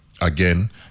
again